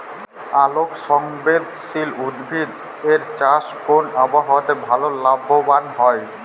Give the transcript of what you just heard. আলোক সংবেদশীল উদ্ভিদ এর চাষ কোন আবহাওয়াতে ভাল লাভবান হয়?